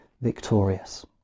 victorious